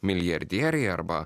milijardieriai arba